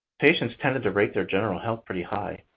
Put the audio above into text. patients tended to rate their general health pretty high,